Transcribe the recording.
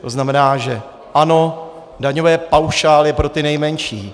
To znamená, že ano, daňové paušály pro ty nejmenší.